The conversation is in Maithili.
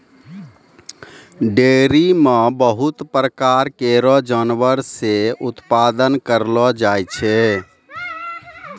डेयरी म बहुत प्रकार केरो जानवर से उत्पादन करलो जाय छै